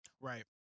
Right